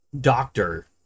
doctor